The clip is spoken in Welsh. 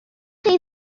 chi